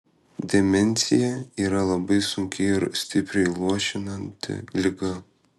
demencija yra labai sunki ir stipriai luošinanti liga